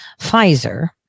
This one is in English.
Pfizer